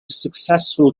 successful